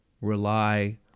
rely